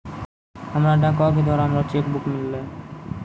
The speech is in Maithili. हमरा डाको के द्वारा हमरो चेक बुक मिललै